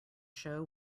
show